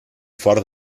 fort